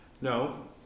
No